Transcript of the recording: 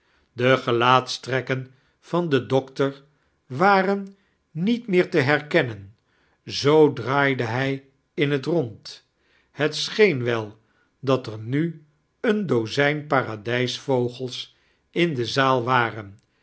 de gelaatstrekken van den doctor waren niet meer te herkennen zoo draaide hi in bet rond het scheen wel dat er nu een dozijn paradijsivogefe in de zaal waren